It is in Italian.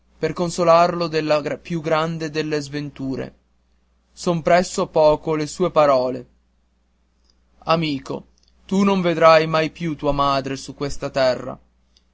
per consolarlo della più grande delle sventure son presso a poco le sue parole amico tu non vedrai mai più tua madre su questa terra